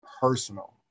personal